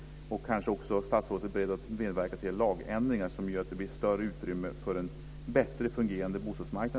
Statsrådet kanske är beredd att medverka till lagändringar som gör att det blir utrymme för en bättre fungerande bostadsmarknad.